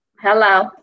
Hello